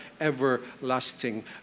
everlasting